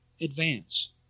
advance